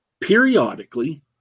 Periodically